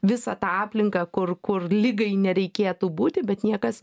visą tą aplinką kur kur ligai nereikėtų būti bet niekas